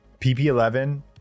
PP11